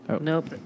nope